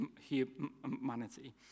humanity